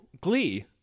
Glee